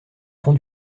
fond